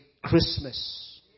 Christmas